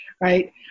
right